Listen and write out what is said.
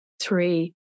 three